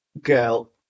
Girl